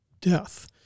death